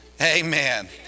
Amen